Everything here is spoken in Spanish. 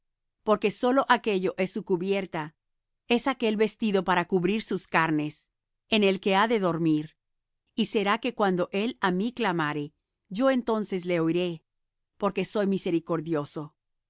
porque sólo aquello es su cubierta es aquel el vestido para cubrir sus carnes en el que ha de dormir y será que cuando él á mí clamare yo entonces le oiré porque soy misericordioso